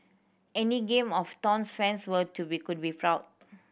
any Game of Thrones fans were to be could be proud